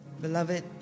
Beloved